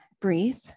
breathe